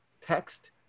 text